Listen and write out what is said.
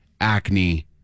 acne